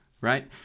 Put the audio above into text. right